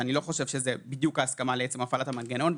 אני לא חושב שזאת בדיוק ההסכמה לעצם הפעלת המנגנון.